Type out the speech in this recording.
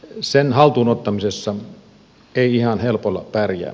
sen haltuun ottamisessa ei ihan helpolla pärjää